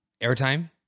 airtime